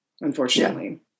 unfortunately